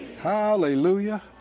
Hallelujah